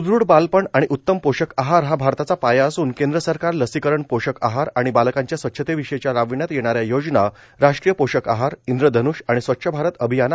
स्दृढ बालपण आणि उत्तम पोषक आहार हा भारताचा पाया असून सरकार लसीकरण पोषक आहार आणि बालकांच्या स्वच्छते विषयीच्या राबविण्यात येणाऱ्या योजना राष्ट्रीय पोषक आहार इंद्रधन्ष आणि स्वच्छ भारत अभियान